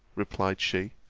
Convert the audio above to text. replied she,